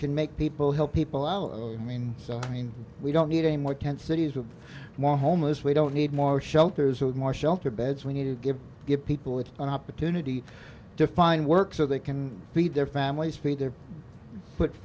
can make people help people out i mean so i mean we don't need any more tent cities with more homeless we don't need more shelters with more shelter beds we need to give give people with an opportunity to find work so they can feed their families feed their